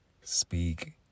speak